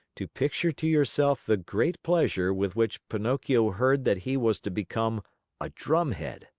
to picture to yourself the great pleasure with which pinocchio heard that he was to become a drumhead!